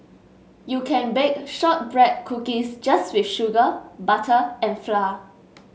you can bake shortbread cookies just with sugar butter and flour